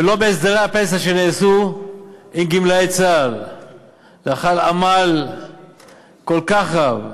וגם לא בהסדרי הפנסיה שנעשו עם גמלאי צה"ל לאחר עמל כל כך רב,